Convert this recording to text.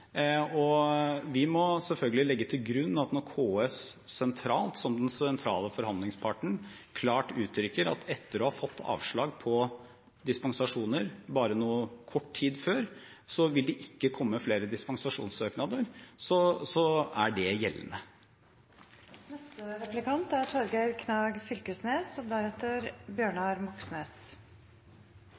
Vi må selvfølgelig legge til grunn at når KS sentralt, som den sentrale forhandlingsparten, klart uttrykker at etter å ha fått avslag på dispensasjoner bare kort tid før, vil det ikke komme flere dispensasjonssøknader, så er det gjeldende. Eg ser at også helseministeren er